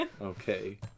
Okay